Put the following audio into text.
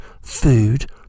food